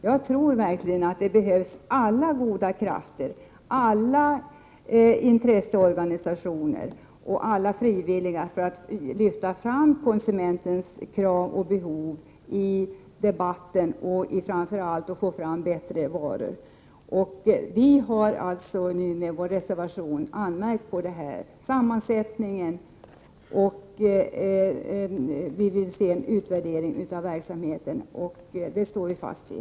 Jag tror verkligen att alla goda krafter, alla intresseorganisationer och alla frivilliga behövs för att man skall kunna lyfta fram konsumenternas krav och behov i debatten och framför allt för att man skall få fram bättre varor. Vi har genom vår reservation anmärkt på nämndens sammansättning. Vi vill se en utvärdering av verksamheten. Det står vi fast vid.